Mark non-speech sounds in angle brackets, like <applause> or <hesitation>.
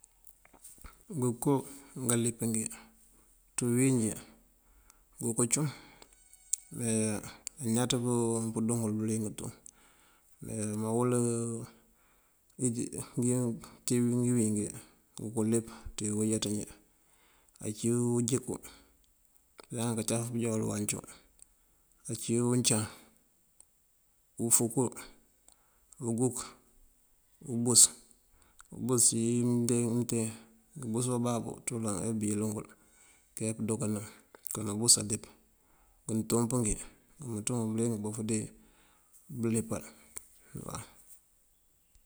Ngënko ngalíp ngí ţí biwínjí, ngoko cum mee añaţ pëndú ngël bëliyëng tú. Me mawël <hesitation> ţí ngíwín ngí ngonko líp ţí uweejáaţ injí ací: unjënkú laŋáţaţum pënjá wul uwancú, ací uncaŋ, ufúkú, uguk, ubus. Ubus iyi mënten mënten ngëbus bá bababú uncú uloŋ ayá bëyël ngël kayá pëndo kánëm, kon ubus alíp. Ngëntúmp ngí ngëmënţu ngun bëliyëng abof dí bëlípal.